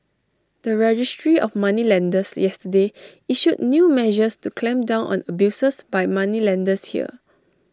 the registry of moneylenders yesterday issued new measures to clamp down on abuses by moneylenders here